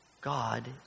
God